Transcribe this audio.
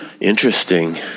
Interesting